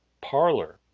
Parlor